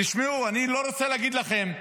תשמעו, אני לא רוצה להגיד לכם,